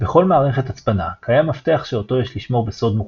בכל מערכת הצפנה קיים מפתח שאותו יש לשמור בסוד מוחלט.